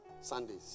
Sundays